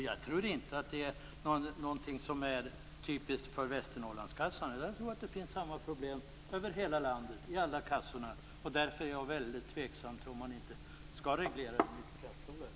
Jag tror inte att det är någonting som är typiskt för Västernorrlands försäkringskassa, utan jag tror att samma problem finns över hela landet, i alla kassorna. Därför är jag väldigt tveksam och undrar om man inte skall reglera detta mycket kraftfullare.